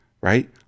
right